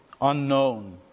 unknown